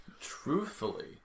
truthfully